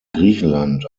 griechenland